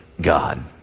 God